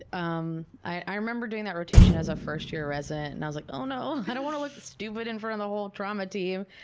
um i remember doing that rotation as a first-year resident and i was like, oh no! i don't want to look stupid in front of the whole trauma team.